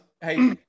Hey